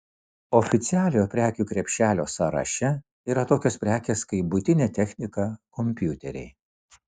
oficialiojo prekių krepšelio sąraše yra tokios prekės kaip buitinė technika kompiuteriai